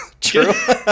True